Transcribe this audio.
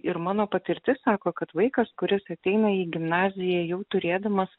ir mano patirtis sako kad vaikas kuris ateina į gimnaziją jau turėdamas